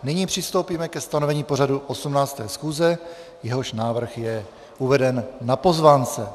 Nyní přistoupíme ke stanovení pořadu 18. schůze, jehož návrh je uveden na pozvánce.